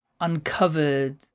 uncovered